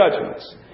judgments